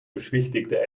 beschwichtigte